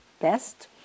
best